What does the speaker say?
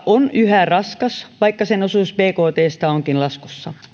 on yhä raskas vaikka sen osuus bktstä onkin laskussa